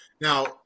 Now